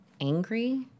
angry